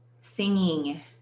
Singing